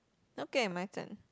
okay my turn